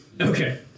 okay